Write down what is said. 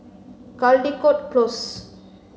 Caldecott Close